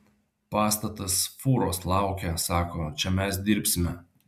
pastatas fūros laukia sako čia mes dirbsime